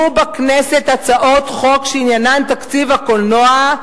בכנסת הצעות חוק שעניינן תקציב הקולנוע,